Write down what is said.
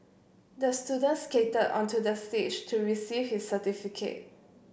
the student skated onto the stage to receive his certificate